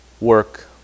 work